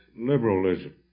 liberalism